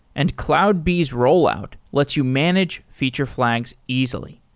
and cloudbees rollout lets you manage feature flags easily.